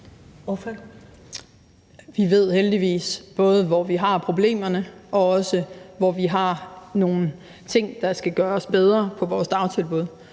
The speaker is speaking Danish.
Vi ved heldigvis, både hvor vi har problemerne, og også hvor vi har nogle ting, der skal gøres bedre i vores dagtilbud.